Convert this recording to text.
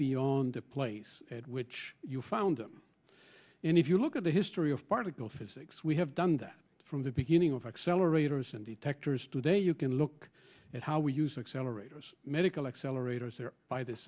beyond the place at which you found them and if you look at the history of particle physics we have done that from the beginning of accelerators and detectors today you can look at how we use accelerators medical accelerators the